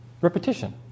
Repetition